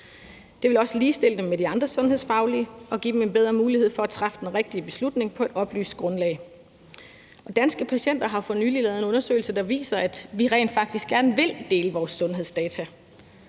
Det ville også ligestille dem med de andre sundhedsfaglige og give dem en bedre mulighed for at træffe den rigtige beslutning på et oplyst grundlag. Danske Patienter har for nylig lavet en undersøgelse, der viser, at vi rent faktisk gerne vil dele vores sundhedsdata,